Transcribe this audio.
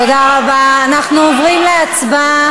תעשה את זה קצר.